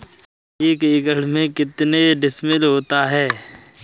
एक एकड़ में कितने डिसमिल होता है?